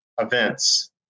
events